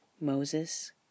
Moses